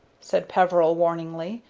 said peveril, warningly.